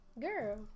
Girl